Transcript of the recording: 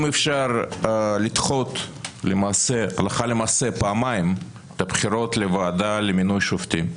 אם אפשר לדחות הלכה למעשה פעמיים את הבחירות לוועדה למינוי שופטים,